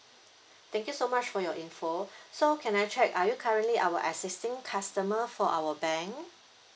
thank you so much for your info so can I check are you currently our existing customer for our bank